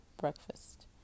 breakfast